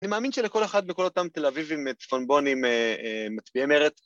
‫אני מאמין שלכל אחד מכל אותם ‫תל אביבים צפונבונים מצביעי מרץ.